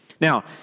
Now